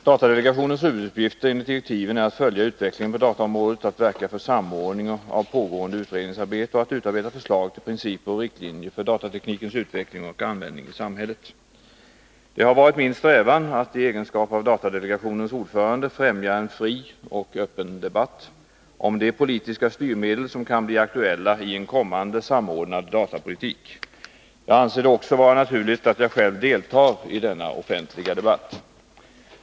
Datadelegationens huvuduppgifter är enligt direktiven att följa utvecklingen på dataområdet, att verka för samordning av pågående utredningsarbete och att utarbeta förslag till principer och riktlinjer för datateknikens utveckling och användning i samhället. Det har varit min strävan att i egenskap av datadelegationens ordförande främja en fri och öppen debatt om de politiska styrmedel som kan bli aktuella i en kommande samordnad datapolitik. Jag anser det också vara naturligt att 'jag själv deltar i denna offentliga debatt.